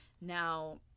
Now